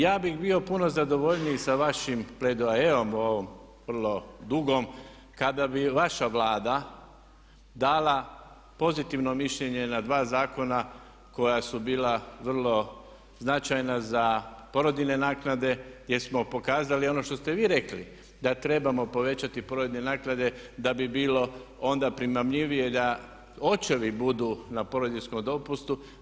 Ja bih bio puno zadovoljniji sa vašim pledoajeom o ovom vrlo dugom kada bi vaša Vlada dala pozitivno mišljenje na dva zakona koja su bila vrlo značajna za porodiljine naknade gdje smo pokazali ono što ste vi rekli da trebamo povećati porodiljine naknade da bi bilo onda primamljivije da očevi budu na porodiljinom dopustu.